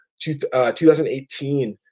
2018